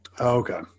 Okay